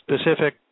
specific